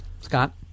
Scott